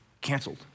canceled